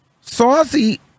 Saucy